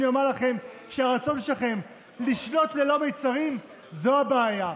אני אומר לכם שהרצון שלכם לשלוט ללא מיצרים הוא הבעיה.